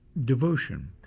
devotion